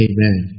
Amen